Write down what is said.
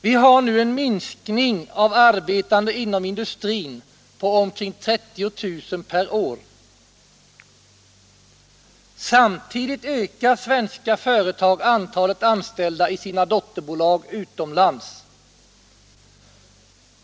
Vi har nu en minskning av antalet arbetande inom industrin på omkring 30 000 per år. Samtidigt ökar svenska företag antalet anställda i sina dotterbolag utomlands.